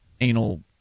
anal